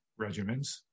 regimens